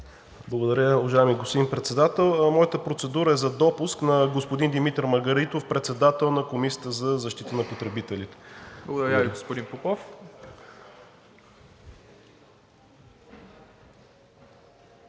Благодаря, уважаеми господин Председател. Моята процедура е за допуск на господин Димитър Маргаритов – председател на Комисията за защита на потребителите. ПРЕДСЕДАТЕЛ МИРОСЛАВ